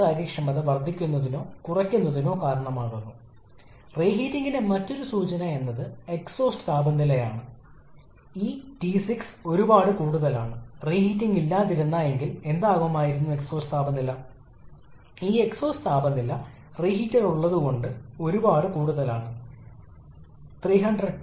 കാരണം ബ്രൈറ്റൺ സൈക്കിളിന്റെ താപ ദക്ഷത ഇതാണ് എവിടെ k എന്നത് നിർദ്ദിഷ്ട താപത്തിന്റെ അനുപാതമാണ് നമ്മൾ k 1